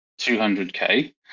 200k